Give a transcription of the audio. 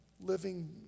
living